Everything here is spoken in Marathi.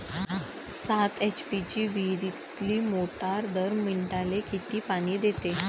सात एच.पी ची विहिरीतली मोटार दर मिनटाले किती पानी देते?